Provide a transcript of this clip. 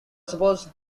suppose